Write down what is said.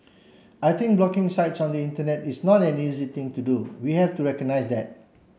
I think blocking sites on the Internet is not an easy thing to do we have to recognize that